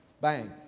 bang